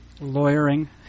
lawyering